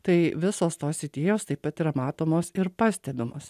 tai visos tos idėjos taip pat yra matomos ir pastebimos